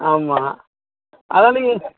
ஆமாம் அதான் நீங்கள்